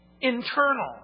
internal